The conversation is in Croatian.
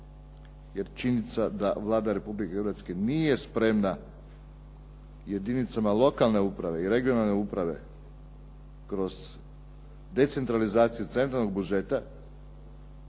jer činjenica da Vlada Republike Hrvatske nije spremna jedinicama lokalne uprave i regionalne uprave kroz decentralizaciju centralnog budžeta